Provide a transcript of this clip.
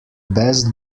best